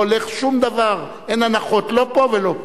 לא הולך שום דבר, אין הנחות לא פה ולא פה.